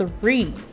three